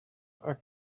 are